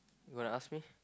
you gonna ask me